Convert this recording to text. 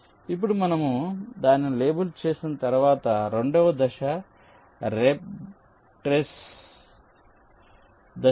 ఇప్పుడు మనము దానిని లేబుల్ చేసిన తరువాత రెండవ దశ రిట్రేస్ దశను కలిగి ఉంటుంది